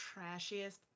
trashiest